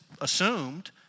Assumed